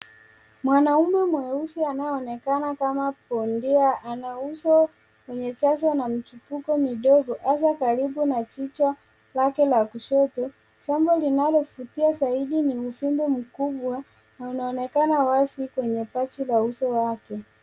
Mwanaume mweusi anayeonekana kama bondia ana uso wenye jasho na michipuko midogo hasa karibu na jicho lake la kushoto. Jambo linalovutia zaidi ni uvimbe mkubwa na anaonekana wazi kwenye paji la uso wake.